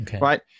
right